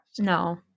No